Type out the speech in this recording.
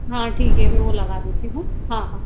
हाँ ठीक है मैं वो लगा देती हूँ हाँ हाँ